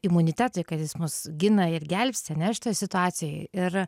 imunitetui kad jis mus gina ir gelbsti ane šitoj situacijoj ir